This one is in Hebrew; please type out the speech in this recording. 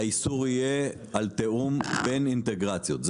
אתה אומר שהאיסור יהיה על תיאום בין אינטגרציות,